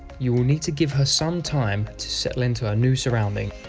you will need to give her some time to settle into her new surroundings.